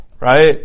right